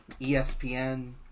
ESPN